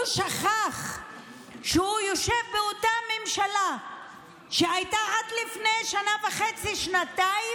הוא שכח שהוא יושב באותה ממשלה שהייתה עד לפני שנה וחצי-שנתיים